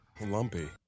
Lumpy